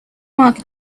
mark